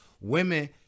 women